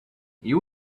you